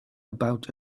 about